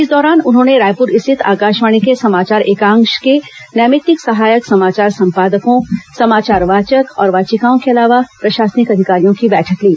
इस दौरान इन्होंने रायपुर स्थित आकाशवाणी के समाचार एकांश के नैमित्तिक सहायक समाचार संपादकों समाचार वाचक और वाचिकाओं के अलावा प्रशासनिक अधिकारियों की बैठक ली